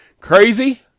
crazy